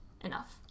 enough